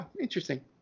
Interesting